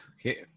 Okay